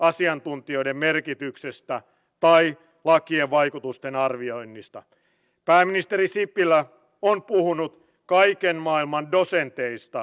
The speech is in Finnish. totta kai ne sinne jäisivät varmasti kun se on turvallinen maa välimeren alueella